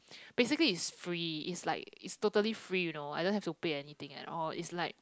basically is free is like is totally free you know I don't have to pay anything at all is like